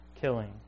killing